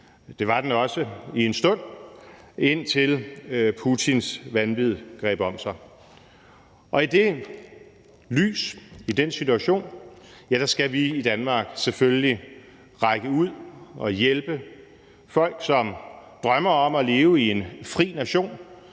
Det var den også for en stund, indtil Putins vanvid greb om sig. I det lys, i den situation skal vi i Danmark selvfølgelig række ud og hjælpe folk, som drømmer om at leve i en fri nation,